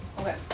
Okay